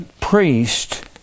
priest